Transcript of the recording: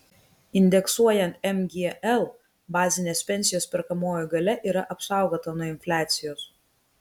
indeksuojant mgl bazinės pensijos perkamoji galia yra apsaugota nuo infliacijos